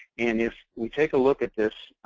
and if we take a look at this